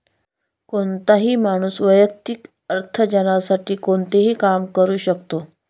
कोणताही माणूस वैयक्तिक अर्थार्जनासाठी कोणतेही काम करू शकतो